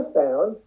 found